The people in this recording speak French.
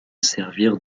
servir